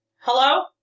Hello